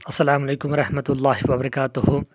السلامُ علیکم ورحمتہ اللہ وبرکاتہُ